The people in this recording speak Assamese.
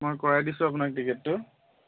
মই কৰাই দিছোঁ আপোনাক টিকেটটো